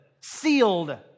sealed